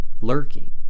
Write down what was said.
lurking